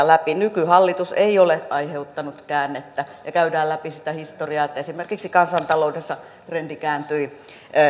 läpi nykyhallitus ei ole aiheuttanut käännettä ja käydään läpi sitä historiaa että esimerkiksi kansantaloudessa trendi kääntyi